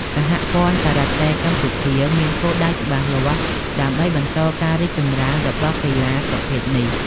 សហព័ន្ធការ៉ាតេកម្ពុជាមានគោលដៅច្បាស់លាស់ដើម្បីបន្តការរីកចម្រើនរបស់កីឡាប្រភេទនេះ។